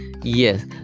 yes